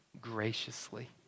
graciously